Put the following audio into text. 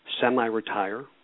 semi-retire